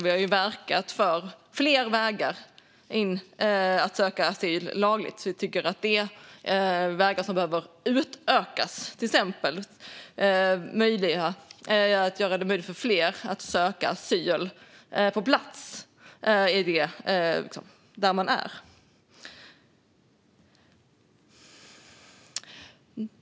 Vi har verkat för fler vägar in för att söka asyl lagligt. Vi tycker att dessa vägar behöver utökas, till exempel att göra det möjligt för fler att söka asyl på plats, där man är.